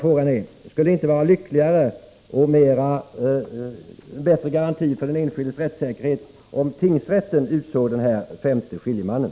Skulle det inte vara lyckligare och innebära en bättre garanti för den enskildes rättssäkerhet om tingsrätten utsåg den femte skiljemannen?